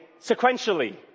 sequentially